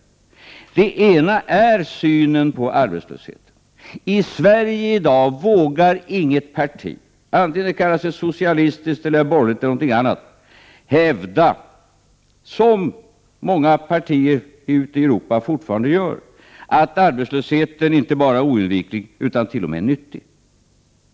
Det ena är synen på arbetslösheten. I Sverige vågar i dag inget parti, vare sig det kallas socialistiskt, borgerligt eller något annat, hävda, som många partier ute i Europa fortfarande gör, att arbetslösheten inte bara är oundviklig utan t.o.m. nyttig.